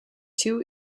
two